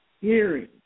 hearing